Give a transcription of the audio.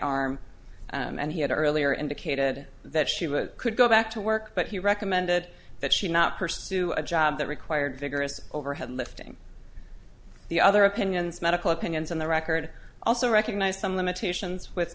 arm and he had earlier indicated that she would could go back to work but he recommended that she not pursue a job that required vigorous overhead lifting the other opinions medical opinions on the record also recognize some limitations with